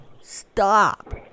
Stop